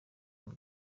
ama